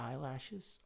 eyelashes